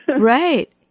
Right